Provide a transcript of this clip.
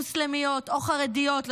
מוסלמיות או חרדיות,